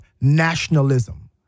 nationalism